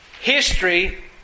History